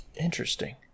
Interesting